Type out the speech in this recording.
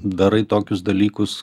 darai tokius dalykus